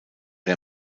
der